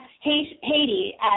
Haiti